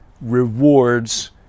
rewards